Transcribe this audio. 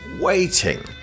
waiting